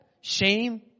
shame